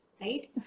Right